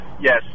yes